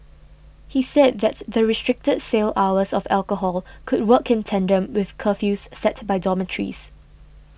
he said that the restricted sale hours of alcohol could work in tandem with curfews set by dormitories